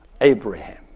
Abraham